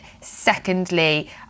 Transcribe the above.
secondly